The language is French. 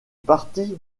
parti